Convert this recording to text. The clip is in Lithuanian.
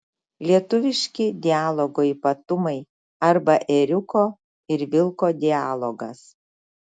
lietuviški dialogo ypatumai arba ėriuko ir vilko dialogas